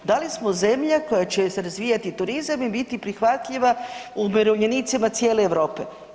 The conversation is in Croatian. Da li smo zemlja koja će razvijati turizam i biti prihvatljiva umirovljenicima cijele Europe?